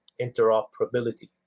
interoperability